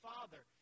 Father